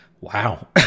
Wow